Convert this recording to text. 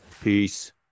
peace